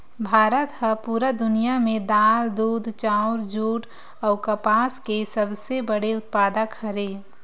भारत हा पूरा दुनिया में दाल, दूध, चाउर, जुट अउ कपास के सबसे बड़े उत्पादक हरे